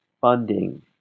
funding